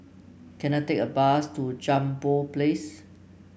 can I take a bus to Jambol Place